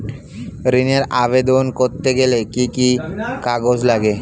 ঋণের আবেদন করতে গেলে কি কি কাগজ লাগে?